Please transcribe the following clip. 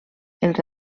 els